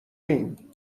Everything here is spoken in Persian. ایم